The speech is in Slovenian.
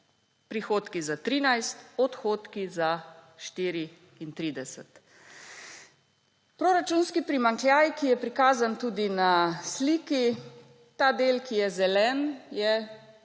Prihodki za 13, odhodki za 34. Proračunski primanjkljaj, ki je prikazan tudi na sliki, ta del, ki je zelen, je